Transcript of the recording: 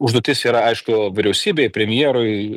užduotis yra aišku vyriausybei premjerui